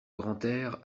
grantaire